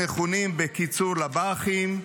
המכונים בקיצור לב"חים,